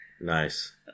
Nice